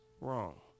wrong